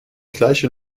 gleiche